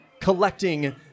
collecting